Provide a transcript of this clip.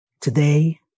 Today